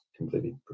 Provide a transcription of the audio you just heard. completely